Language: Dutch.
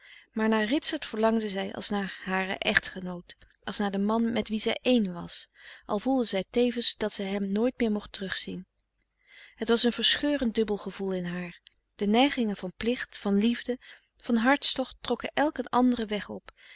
maar naar ritsert verlangde zij als naar haren echtgenoot als naar den man met wien zij één was al voelde zij tevens dat zij hem nooit meer mocht terugzien het was een verscheurend dubbel gevoel in haar de neigingen van plicht van liefde van hartstocht trokken elk een anderen weg op